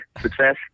success